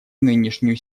нынешнюю